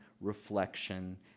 reflection